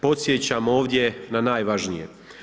Podsjećam ovdje na najvažnije.